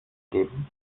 geben